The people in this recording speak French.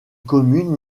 commune